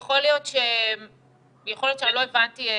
יכול להיות שאני לא הבנתי נכון,